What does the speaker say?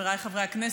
חבריי חברי הכנסת,